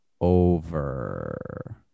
over